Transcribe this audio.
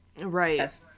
Right